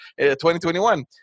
2021